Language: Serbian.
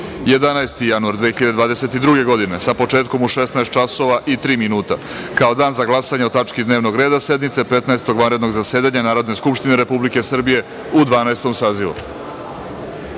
11. januar 2022. godine, sa početkom u 16.03 časova kao dan za glasanje o tački dnevnog reda sednice Petnaestog vanrednog zasedanja Narodne skupštine Republike Srbije u Dvanaestom